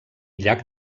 llac